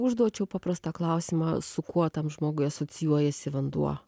užduočiau paprastą klausimą su kuo tam žmogui asocijuojasi vanduo